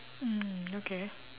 mm okay